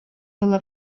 было